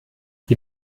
die